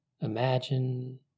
Imagine